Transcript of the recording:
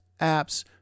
apps